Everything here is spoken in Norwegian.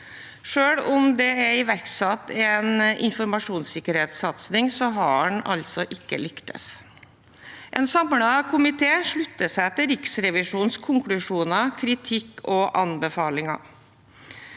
Selv om det er iverksatt en informasjonssikkerhetssatsing, har en ikke lyktes. En samlet komité slutter seg til Riksrevisjonens konklusjoner, kritikk og anbefalinger.